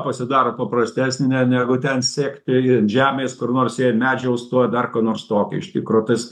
pasidaro paprastesnė ne negu ten sekti i žemės kur nors jei medžiai užstoja dar ko nors tokio iš tikro tas